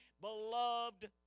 beloved